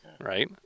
right